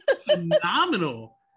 phenomenal